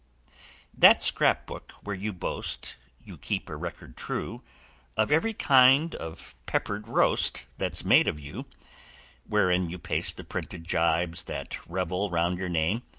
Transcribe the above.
that scrap-book where you boast you keep a record true of every kind of peppered roast that's made of you wherein you paste the printed gibes that revel round your name,